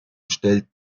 gestellt